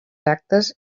actes